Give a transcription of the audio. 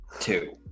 two